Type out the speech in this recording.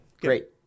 Great